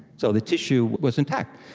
so the tissue was intact.